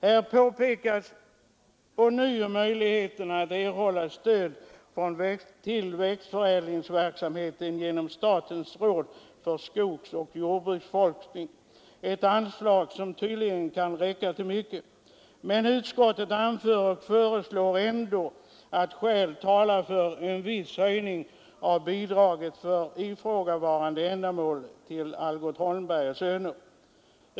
Här påpekas ånyo möjligheten att erhålla stöd till växtförädlingsverksamhet genom statens råd för skogsoch jordbruksforskning, ett anslag som tydligen kan räcka till mycket. Men utskottet anför ändå att skäl talar för en viss höjning av bidraget för ifrågavarande ändamål till Algot Holmberg och Söner.